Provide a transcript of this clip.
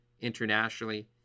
internationally